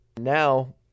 Now